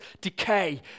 decay